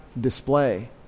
display